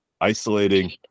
isolating